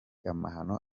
amahano